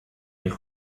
nel